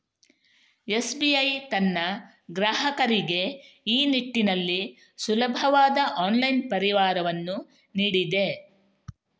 SBI ತನ್ನ ಗ್ರಾಹಕರಿಗೆ ಈ ನಿಟ್ಟಿನಲ್ಲಿ ಸುಲಭವಾದ ಆನ್ಲೈನ್ ಪರಿಹಾರವನ್ನು ನೀಡಿದೆ